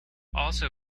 also